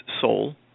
soul